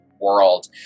world